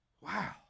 wow